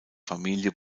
familie